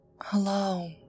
Hello